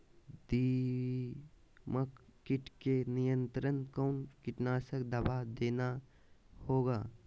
दीमक किट के नियंत्रण कौन कीटनाशक दवा देना होगा?